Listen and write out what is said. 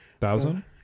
thousand